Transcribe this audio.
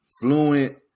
fluent